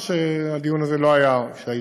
או שהדיון הזה לא היה כשהיית?